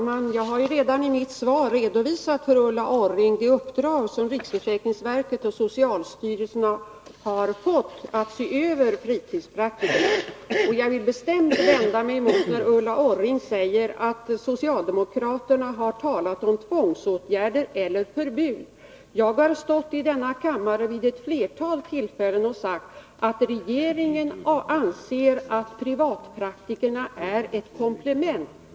Herr talman! Jag har redan i svaret redovisat för Ulla Orring det uppdrag som riksförsäkringsverket och socialstyrelsen har fått att se över fritidspraktikerna. Jag vill bestämt vända mig mot Ulla Orrings uttalande, att socialdemokraterna har talat om tvångsåtgärder eller förbud. Jag har stått i den här kammaren vid ett flertal tillfällen och sagt, att regeringen anser att privatpraktikerna är ett komplement.